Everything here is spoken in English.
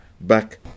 back